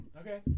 Okay